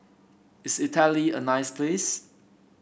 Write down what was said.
is Italy a nice place